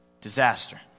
Disaster